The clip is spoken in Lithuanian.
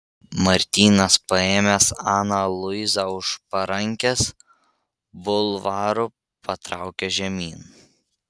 martynas paėmęs aną luizą už parankės bulvaru patraukė žemyn